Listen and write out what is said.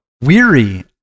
weary